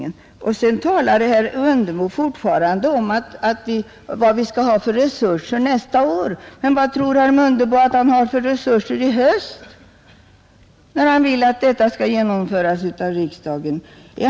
Herr Mundebo talar fortfarande om vad vi skall ha för resurser nästa år, men vad tror herr Mundebo att man har för resurser i höst, när han vill att detta skall genomföras av riksdagen?